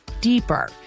deeper